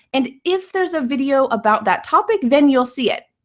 and if there's a video about that topic, then you'll see it.